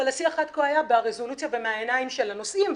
אבל השיח עד כה ברזולוציה מהעיניים של הנוסעים,